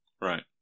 Right